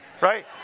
right